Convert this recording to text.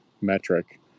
metric